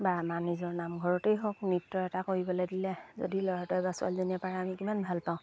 বা আমাৰ নিজৰ নামঘৰতেই হওক নৃত্য এটা কৰিবলে দিলে যদি ল'ৰাটোৱে বা ছোৱালীজনীয়ে পাৰে আমি কিমান ভাল পাওঁ